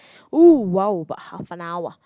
oh !wow! but half an hour